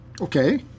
Okay